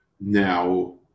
Now